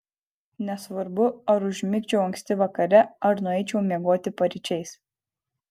nesvarbu ar užmigčiau anksti vakare ar nueičiau miegoti paryčiais